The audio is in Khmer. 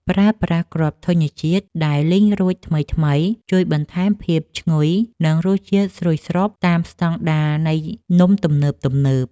ប្រើប្រាស់គ្រាប់ធញ្ញជាតិដែលលីងរួចថ្មីៗជួយបន្ថែមភាពឈ្ងុយ និងរសជាតិស្រួយស្របតាមស្តង់ដារនៃនំទំនើបៗ។